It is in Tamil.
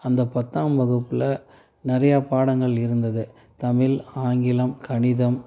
அந்த பத்தாம் வகுப்பில் நிறையா பாடங்கள் இருந்தது தமிழ் ஆங்கிலம் கணிதம்